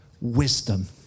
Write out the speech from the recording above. wisdom